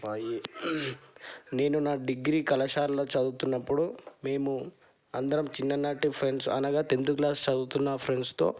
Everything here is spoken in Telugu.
నేను నా డిగ్రీ కళాశాలలో చదువుతున్నప్పుడు మేము అందరం చిన్ననాటి ఫ్రెండ్స్ అనగా టెన్త్ క్లాస్ చదువుతున్నా ఫ్రెండ్స్తో